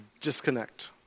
disconnect